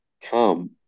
come